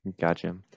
gotcha